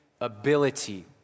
ability